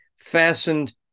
fastened